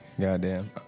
goddamn